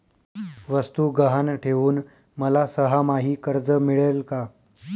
वस्तू गहाण ठेवून मला सहामाही कर्ज मिळेल का?